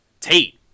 Tate